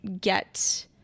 get